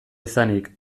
izanik